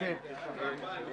תודה רבה.